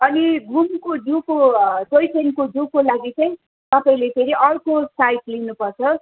अनि घुमको जूको टोय ट्रेनको जूको लागि चाहिँ तपाईँले फेरि अर्को साइड लिनु पर्छ